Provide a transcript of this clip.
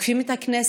עוקפים את הכנסת,